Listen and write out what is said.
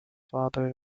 father